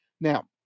Now